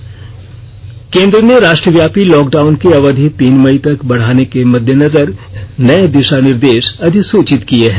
केन्द्र सरकार केंद्र ने राष्ट्रव्यापी लॉकडाउन की अवधि तीन मई तक बढ़ाने के मद्देनजर नए दिशानिर्देश अधिसूचित किए है